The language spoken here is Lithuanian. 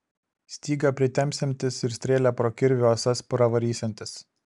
stygą pritempsiantis ir strėlę pro kirvių ąsas pravarysiantis